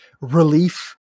relief